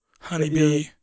honeybee